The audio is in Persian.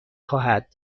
خواهد